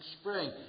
spring